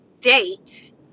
date